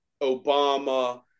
Obama